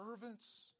servants